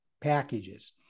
packages